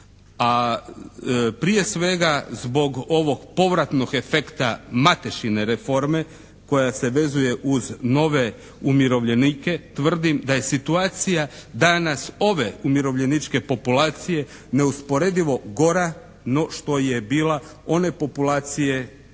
a prije svega zbog ovog povratnog efekta Matešine reforme koja se vezuje uz nove umirovljenike, tvrdim da je situacija danas ove umirovljeničke populacije neusporedivo gora no što je bila one populacije koju